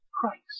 Christ